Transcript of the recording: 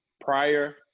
prior